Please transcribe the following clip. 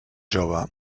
jove